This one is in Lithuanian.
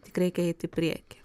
tik reikia eit į priekį